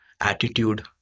attitude